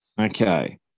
Okay